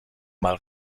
mal